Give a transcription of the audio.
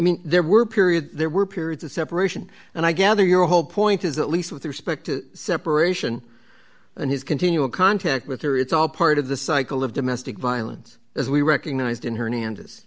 mean there were periods there were periods of separation and i gather your whole point is at least with respect to separation and his continual contact with her it's all part of the cycle of domestic violence as we recognized in hernande